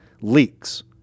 Leaks